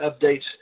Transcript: updates